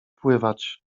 pływać